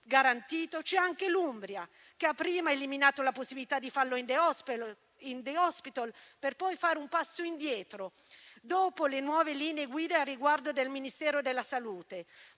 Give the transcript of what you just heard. c'è anche l'Umbria, che ha prima eliminato la possibilità di farlo in *day hospital*, per poi fare un passo indietro dopo le nuove linee guida al riguardo del Ministero della salute.